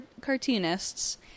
cartoonists